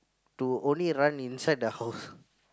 to only run inside the house